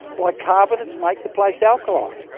bicarbonates make the place alkali.